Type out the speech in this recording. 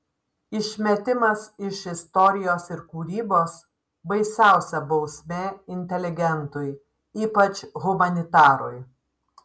išmetimas iš istorijos ir kūrybos baisiausia bausmė inteligentui ypač humanitarui